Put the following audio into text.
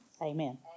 Amen